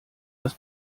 das